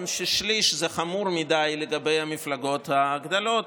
ששליש זה חמור מדי לגבי המפלגות הגדולות,